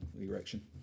erection